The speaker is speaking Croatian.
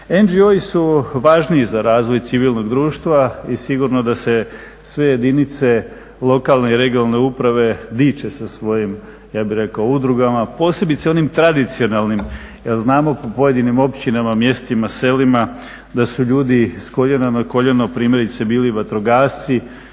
NGO su važniji za razvoj civilnog društva i sigurno da se sve jedinice lokalne i regionalne uprave diče sa svojim, ja bih rekao udrugama posebice onim tradicionalnim jer znamo po pojedinim općinama, mjestima, selim da su ljudi s koljena na koljeno primjerice bili vatrogasci